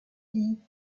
dit